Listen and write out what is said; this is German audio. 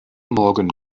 morgen